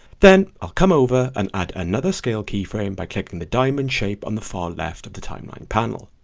then, i'll come over and add another scale keyframe by clicking the diamond shape on the far left of the timeline panel.